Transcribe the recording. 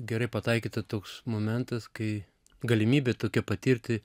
gerai pataikyta toks momentas kai galimybė tokia patirti